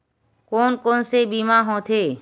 कोन कोन से बीमा होथे?